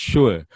Sure